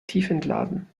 tiefentladen